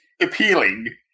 appealing